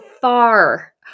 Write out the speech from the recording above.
far